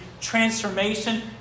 transformation